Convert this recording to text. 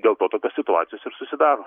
dėl to tokios situacijos ir susidaro